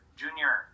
junior